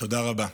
תודה רבה.